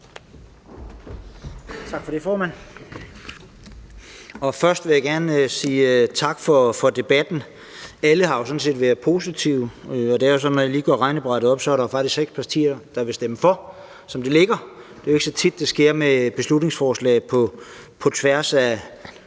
Tak for det, formand. Først vil jeg gerne sige tak for debatten. Alle har jo sådan set været positive, og når jeg lige gør regnebrættet op, er der faktisk seks partier, der vil stemme for forslaget, som det ligger. Det er jo ikke så tit, det sker med beslutningsforslag på tværs af